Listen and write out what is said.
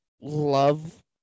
love